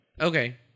okay